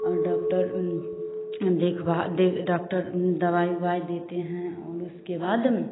और डॉक्टर देखभाल देख और डॉक्टर दवाई ववाई देते हैं और उसके बाद